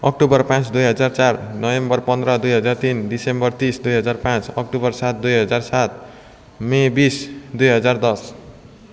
October पाँच दुई हजार चार नोभेम्बर पन्ध्र दुई हजार तिन डिसेम्बर तिस दुई हजार पाँच अक्टोबर सात दुई हजार सात मे बिस दुई हजार दस